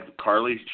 Carly